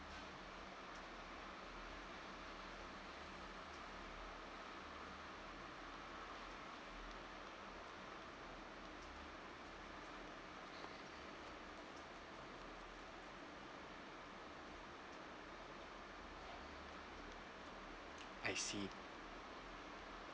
I see